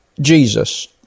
Jesus